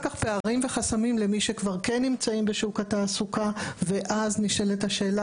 פערים וחסמים למי שכבר כן נמצאים בשוק התעסוקה ואז נשאלת השאלה